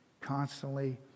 constantly